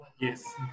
Yes